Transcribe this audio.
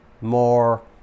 more